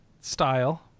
style